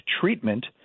treatment –